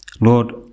Lord